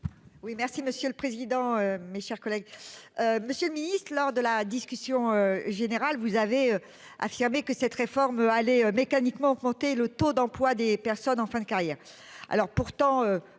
Oui, merci monsieur le président, mes chers collègues. Monsieur lors de la discussion générale vous avez affirmé que cette réforme allez mécaniquement augmenter le taux d'emploi des personnes en fin de carrière. Alors pourtant